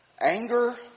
Anger